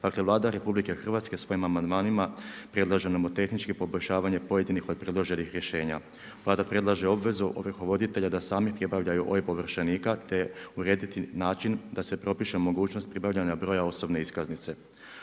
Dakle, Vlada RH svojim amandmanima predlaže nomotehnički poboljšavanje pojedinih od predloženih rješenja. Vlada predlaže obvezu ovrhovoditelja da sami pribavljaju OIB ovršenika, te urediti način da se propiše mogućnost pribavljanja broja osobne iskaznice.